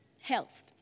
Health